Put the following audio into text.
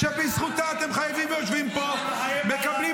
בזכותה אתם חיים ויושבים פה -- אנחנו חיים על